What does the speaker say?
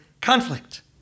conflict